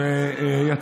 להם